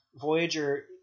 Voyager